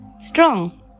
strong